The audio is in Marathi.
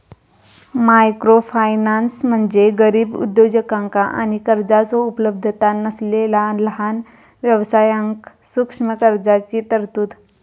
मायक्रोफायनान्स म्हणजे गरीब उद्योजकांका आणि कर्जाचो उपलब्धता नसलेला लहान व्यवसायांक सूक्ष्म कर्जाची तरतूद